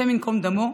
השם ייקום דמו,